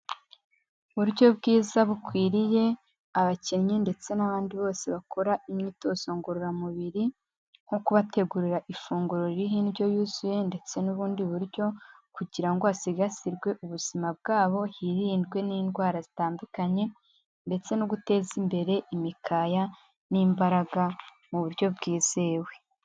Uburyo bwiza bukwiriye abakinyi ndetse n'abandi bose bakora imyitozo ngororamubiri, nko kubategurira ifunguro ririho indyo yuzuye ndetse n'ubundi buryo kugira ngo hasigasirwe ubuzima bwabo hirindwe n'indwara zitandukanye ndetse no guteza imbere imikaya n'imbaraga mu buryo bwizewe.